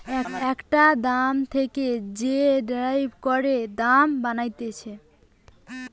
একটা দাম থেকে যে ডেরাইভ করে দাম বানাতিছে